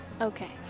Okay